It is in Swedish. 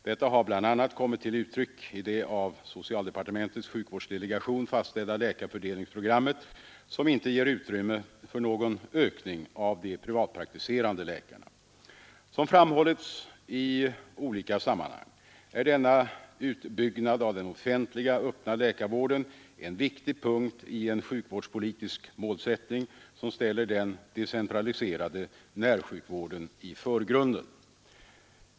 Detta har bl.a. kommit till uttryck i det av socialdepartementets sjukvårdsdelegation fastställda läkarfördelningsprogrammet, som inte ger utrymme för någon ökning av antalet privatpraktiserande läkare. Som framhållits i olika sammanhang är denna utbyggnad av den offentliga öppna läkarvården en viktig punkt i en sjukvårdspolitisk målsättning som ställer den decentraliserade närsjukvården i förgrunden.